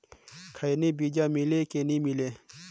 खैनी बिजा मिले कि नी मिले?